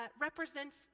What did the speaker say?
represents